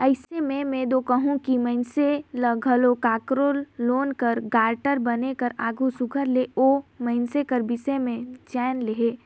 अइसे में में दो कहूं कि मइनसे ल घलो काकरो लोन कर गारंटर बने कर आघु सुग्घर ले ओ मइनसे कर बिसे में जाएन लेहे